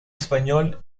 español